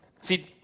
See